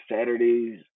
Saturdays